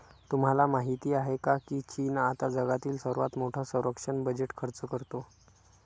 तुम्हाला माहिती आहे का की चीन आता जगातील सर्वात मोठा संरक्षण बजेट खर्च करतो?